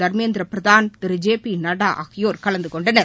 தர்மேந்திரா பிரதான் திரு ஜே பி நட்டா ஆகியோர் கலந்து கொண்டனர்